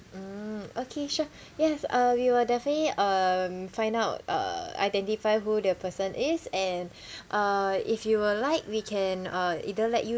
mm okay sure yes uh we will definitely um find out uh identify who the person is and uh if you would like we can uh either let you